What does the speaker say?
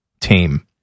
team